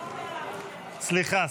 אמרת --- סליחה.